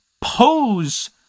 pose